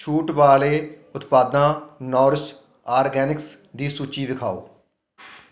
ਛੂਟ ਵਾਲੇ ਉਤਪਾਦਾਂ ਨੋਰਿਸ ਆਰਗੈਨਿਕਸ ਦੀ ਸੂਚੀ ਵਿਖਾਉ